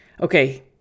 Okay